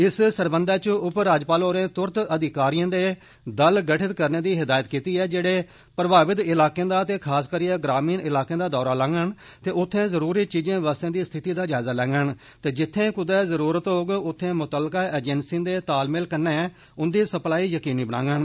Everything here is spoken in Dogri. इस सरबंधी च उप राज्यपाल होरें तुरत अधिकारिएं दे दल गठित करने दी हिदायत कीती ऐ जेड़े प्रभावित इलाकें दा ते खास करियै ग्रामीण इलाकें दा दौरा लांगन ते उत्थें जरुरी चीजें बस्तें दी स्थिति दा जायज़ा लैंगन ते जित्थें कुदै जरुरत होग उत्थें मुतलका एजेंसिएं दे तालमेल कन्नै उन्दी सप्लाई यकीनी बनांगन